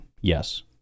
yes